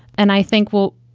and i think, well,